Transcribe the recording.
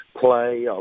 play